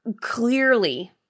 clearly –